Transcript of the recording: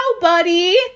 buddy